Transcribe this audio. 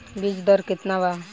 बीज दर केतना वा?